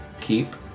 Keep